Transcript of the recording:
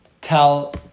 tell